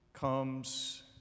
comes